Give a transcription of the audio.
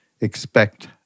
expect